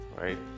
Right